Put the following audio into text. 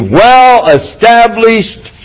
well-established